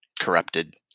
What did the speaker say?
corrupted